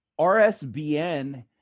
RSBN